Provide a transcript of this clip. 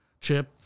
Chip